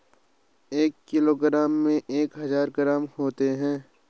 एक किलोग्राम में एक हजार ग्राम होते हैं